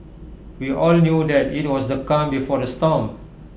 we all knew that IT was the calm before the storm